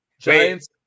Giants